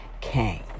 came